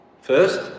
first